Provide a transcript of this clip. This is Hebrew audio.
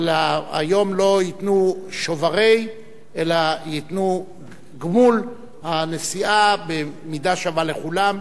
אבל היום לא ייתנו "שוברי" אלא ייתנו גמול הנסיעה במידה שווה לכולם,